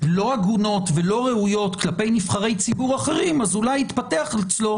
לא הגונות ולא ראויות כלפי נבחרי ציבור אחרים אז אולי יתפתח אצלו